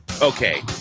Okay